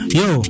yo